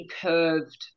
curved